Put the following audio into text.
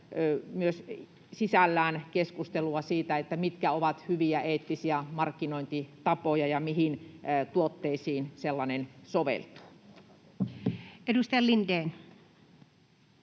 myös sisällään keskustelua siitä, mitkä ovat hyviä eettisiä markkinointitapoja ja mihin tuotteisiin sellainen soveltuu. [Speech 17]